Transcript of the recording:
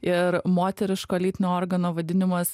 ir moteriško lytinio organo vadinimas